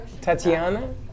Tatiana